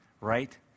right